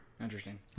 Interesting